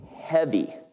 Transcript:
heavy